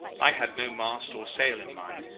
i had no mast or sail in mine,